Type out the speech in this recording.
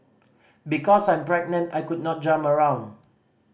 because I'm pregnant I could not jump around